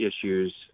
issues